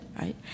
right